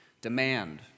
demand